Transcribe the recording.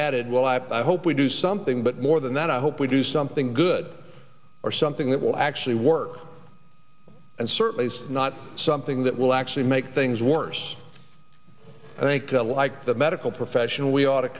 added well i hope we do something but more than that i hope we do something good or something that will actually work and certainly not something that will actually make things worse i think alike the medical profession we ought to